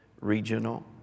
regional